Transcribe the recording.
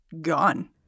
gone